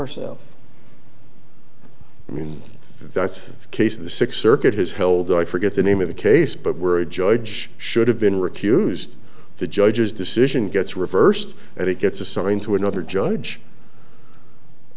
herself i mean that's case of the six circuit has held i forget the name of the case but were a judge should have been recused the judge's decision gets reversed and it gets assigned to another judge i